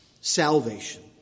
salvation